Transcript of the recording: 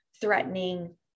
threatening